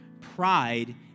Pride